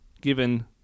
given